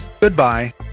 Goodbye